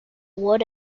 ward